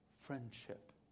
friendship